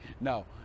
No